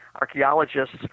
Archaeologists